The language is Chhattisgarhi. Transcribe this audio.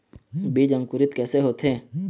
बीज अंकुरित कैसे होथे?